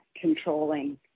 controlling